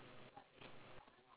有 lah